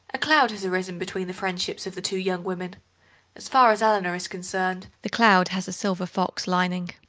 a cloud has arisen between the friendships of the two young women as far as eleanor is concerned the cloud has a silver-fox lining.